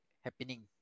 happening